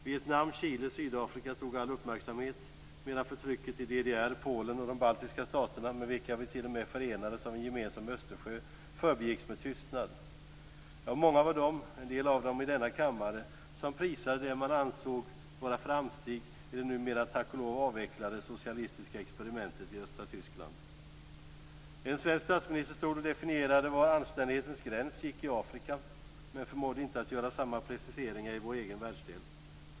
Vietnam, Chile och Sydafrika tog all uppmärksamhet medan förtrycket i DDR, Polen och de baltiska staterna, med vilka vi t.o.m. förenades av en gemensam Östersjö, förbigicks med tystnad. Många var de, en del av dem i denna kammare, som prisade det man ansåg vara framsteg i det numera, tack och lov, avvecklade socialistiska experimentet i östra Tyskland. En svensk statsminister definierade var anständighetens gräns gick i Afrika, men förmådde inte göra samma preciseringar i vår egen världsdel.